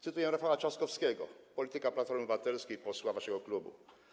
Cytuję Rafała Trzaskowskiego, polityka Platformy Obywatelskiej, posła waszego klubu: